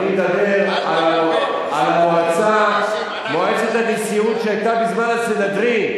אני מדבר על מועצת הנשיאות שהיתה בזמן הסנהדרין.